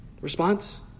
response